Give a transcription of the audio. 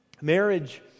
Marriage